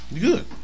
Good